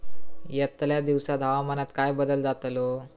यतल्या दिवसात हवामानात काय बदल जातलो?